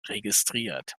registriert